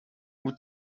who